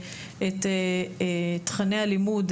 שאת תכני הלימוד,